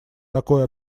такое